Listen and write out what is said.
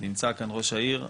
ונמצא כאן ראש העיר,